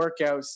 workouts